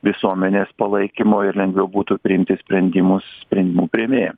visuomenės palaikymo ir lengviau būtų priimti sprendimus sprendimų priėmėjam